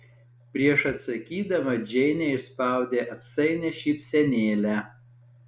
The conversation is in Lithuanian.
prieš atsakydama džeinė išspaudė atsainią šypsenėlę